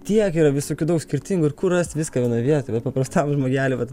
tiek yra visokių daug skirtingų ir kur rast viską vienoj vietoj vat paprastam žmogeliui vat